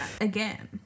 again